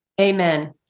Amen